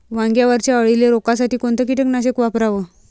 वांग्यावरच्या अळीले रोकासाठी कोनतं कीटकनाशक वापराव?